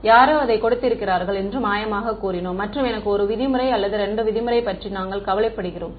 யாரோ அதைக் கொடுத்திருக்கிறார்கள் என்று மாயமாகக் கூறினோம் மற்றும் எனக்கு 1 விதிமுறை அல்லது 2 விதிமுறை பற்றி மட்டுமே நாங்கள் கவலைப்படுகிறோம்